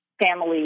family